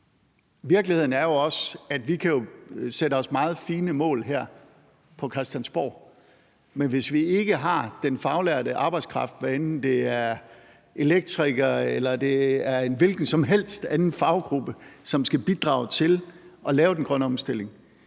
Virkeligheden er jo også, at vi kan sætte os meget fine mål her på Christiansborg, men hvis vi ikke har den faglærte arbejdskraft, hvad enten det er elektrikere, eller det er en hvilken som helst anden faggruppe, som skal bidrage til at lave den grønne omstilling,